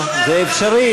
זה אפשרי,